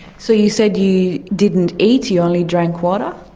so you said you didn't eat, you only drank water?